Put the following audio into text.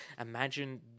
imagine